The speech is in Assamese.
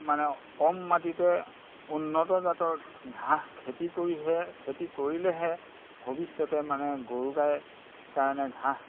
মানে কম মাটিতে উন্নত জাতৰ ঘাঁহ খেতি কৰিহে খেতি কৰিলেহে ভৱিষ্যতে মানে গৰু গাই কাৰণে ঘাঁহ